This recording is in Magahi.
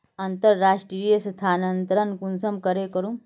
अंतर्राष्टीय स्थानंतरण कुंसम करे करूम?